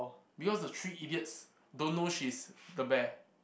because the three idiots don't know she's the bear